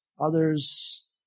others